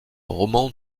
roman